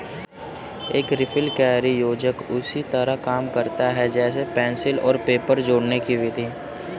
एक रिपलकैरी योजक उसी तरह काम करता है जैसे पेंसिल और पेपर जोड़ने कि विधि